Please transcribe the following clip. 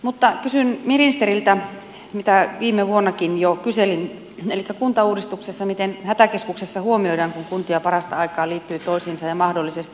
mutta kysyn ministeriltä mitä viime vuonnakin jo kyseli merita kuntauudistuksessa miten hätäkeskuksessa huomioida kuntia parasta aikaa liittyy toisiinsa ja mahdollisesti